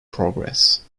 progress